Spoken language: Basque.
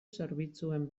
zerbitzuen